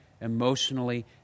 emotionally